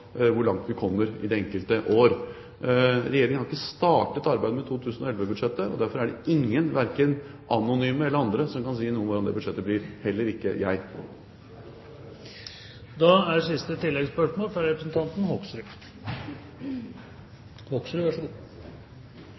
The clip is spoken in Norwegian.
hvor langt vi kommer i det enkelte år. Regjeringen har ikke startet arbeidet med 2011-budsjettet. Derfor er det ingen, verken anonyme eller andre, som kan si noe om hvordan det budsjettet blir – heller ikke jeg. Bård Hoksrud – til oppfølgingsspørsmål. Jeg er